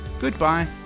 goodbye